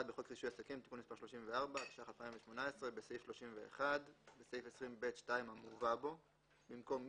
התשע"ח-2018 שעבר בוועדה.